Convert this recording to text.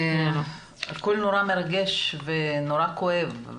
הכל נורא מרגש ונורא כואב.